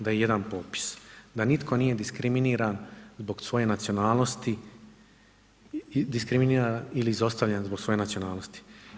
Da je jedan popis, da nitko nije diskriminiran zbog svoje nacionalnosti, diskriminiran ili izostavljen zbog svoje nacionalnosti.